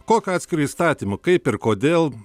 kokiu atskiru įstatymu kaip ir kodėl